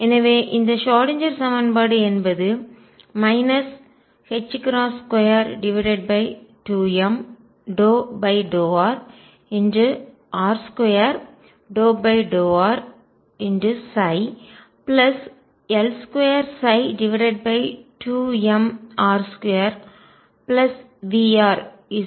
எனவே இந்த ஷ்ராடின்ஜெர் சமன்பாடு என்பது 22m∂r r2∂rL22mr2VrEψ ஆகும்